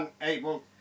Unable